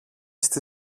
στη